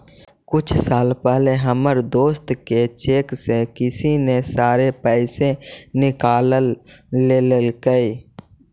कुछ साल पहले हमर एक दोस्त के चेक से किसी ने सारे पैसे निकाल लेलकइ